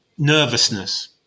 nervousness